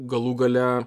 galų gale